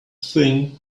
thing